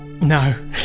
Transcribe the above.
No